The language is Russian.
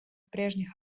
прежних